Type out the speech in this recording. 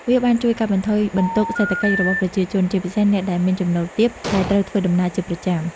វាបានជួយកាត់បន្ថយបន្ទុកសេដ្ឋកិច្ចរបស់ប្រជាជន ជាពិសេសអ្នកដែលមានចំណូលទាបដែលត្រូវធ្វើដំណើរជាប្រចាំ។